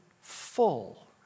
full